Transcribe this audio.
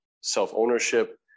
self-ownership